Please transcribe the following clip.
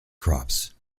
crops